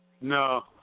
No